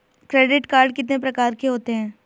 Credit card कितने प्रकार के होते हैं?